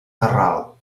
terral